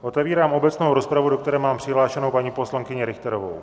Otevírám obecnou rozpravu, do které mám přihlášenou paní poslankyni Richterovou.